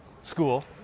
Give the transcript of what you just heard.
school